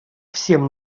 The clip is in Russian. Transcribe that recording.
всем